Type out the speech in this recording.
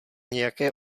nějaké